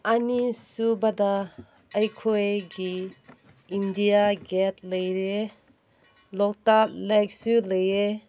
ꯑꯅꯤꯁꯨꯕꯗ ꯑꯩꯈꯣꯏꯒꯤ India Gate ꯂꯩꯔꯦ ꯂꯣꯛꯇꯥꯛ ꯂꯦꯛꯁꯨ ꯂꯩꯌꯦ